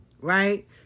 right